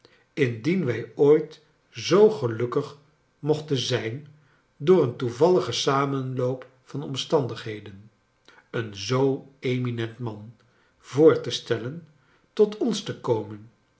indien wij ooit zoo gelukkig mochten zijn door een toevalligen samenloop van oinstandigheden een zoo eminent man voor te stellen tot ons te komen